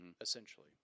essentially